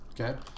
Okay